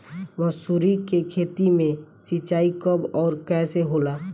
मसुरी के खेती में सिंचाई कब और कैसे होला?